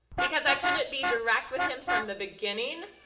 because i couldn't be direct with him from the beginning.